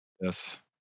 Yes